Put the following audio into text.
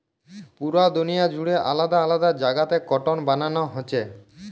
পুরা দুনিয়া জুড়ে আলাদা আলাদা জাগাতে কটন বানানা হচ্ছে